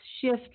shift